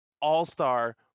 all-star